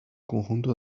conjunto